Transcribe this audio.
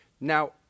Now